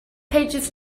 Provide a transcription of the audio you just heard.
pages